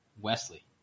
Wesley